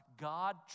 God